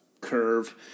curve